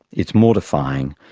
it's mortifying,